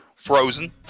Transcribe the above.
Frozen